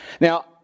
now